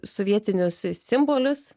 sovietinius simbolius